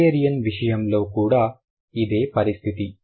Hungarian విషయంలో కూడా ఇదే పరిస్థితి